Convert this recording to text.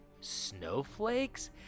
Snowflakes